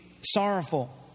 sorrowful